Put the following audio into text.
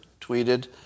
tweeted